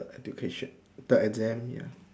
the education the exam ya